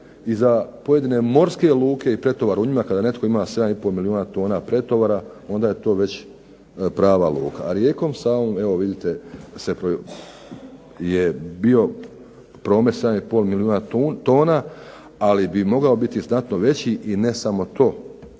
i za pojedine morske luke i pretovar u njima, kada netko ima 7,5 milijuna tona pretovara onda je to već prava luka. A rijekom Savom je bio promet 7,5 milijuna tona, ali bi mogao biti znatno veći. I ne samo to,